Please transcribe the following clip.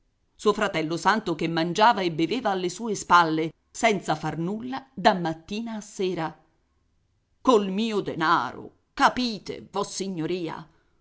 suo fratello santo che mangiava e beveva alle sue spalle senza far nulla da mattina a sera col mio denaro capite vossignoria